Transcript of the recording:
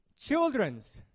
children's